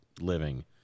living